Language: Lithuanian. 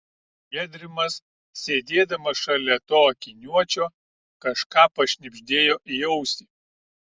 gedrimas sėdėdamas šalia to akiniuočio kažką pašnibždėjo į ausį